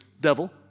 devil